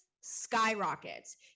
skyrockets